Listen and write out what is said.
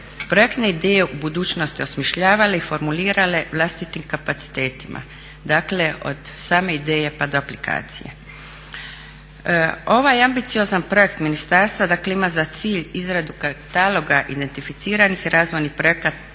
projektne ideje u budućnosti osmišljavale i formulirale vlastitim kapacitetima. Dakle, od same ideje pa do aplikacije. Ovaj ambiciozan projekt ministarstva, dakle ima za cilj izradu kataloga identificiranih i razvojnih projektnih